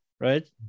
Right